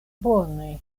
bone